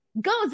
goes